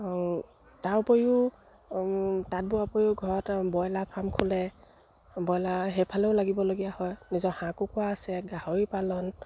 তাৰ উপৰিও উপৰিও ঘৰত ব্ৰইলাৰ ফাৰ্ম খোলে ব্ৰইলাৰ সেইফালেও লাগিবলগীয়া হয় নিজৰ হাঁহ কুকুৰা আছে গাহৰি পালন